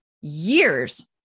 years